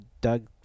Doug